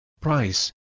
Price